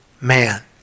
man